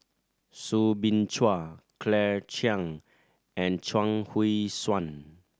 Soo Bin Chua Claire Chiang and Chuang Hui Tsuan